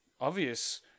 obvious